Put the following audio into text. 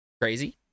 crazy